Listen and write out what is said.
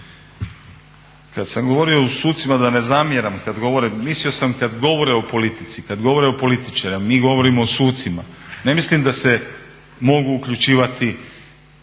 Kada sam govorio o sucima da ne zamjeram kada govore, mislio sam kada govore o politici, kada govore o političarima, mi govorimo o sucima. Ne mislim da se mogu uključivati